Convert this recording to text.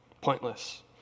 pointless